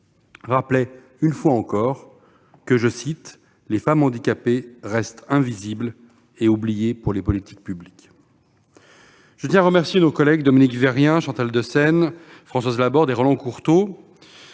rappelait une fois encore que « les femmes handicapées restent invisibles et oubliées des politiques publiques ».